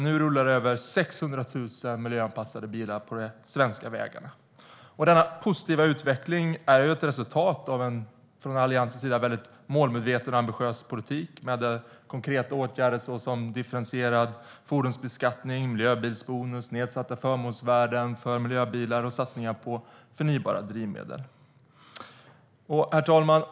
Nu rullar över 600 000 miljöanpassade bilar på de svenska vägarna. Denna positiva utveckling är ett resultat av en mycket målmedveten och ambitiös politik från Alliansens sida med konkreta åtgärder såsom differentierad fordonsbeskattning, miljöbilsbonus, nedsatta förmånsvärden för miljöbilar och satsningar på förnybara drivmedel. Herr talman!